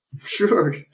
Sure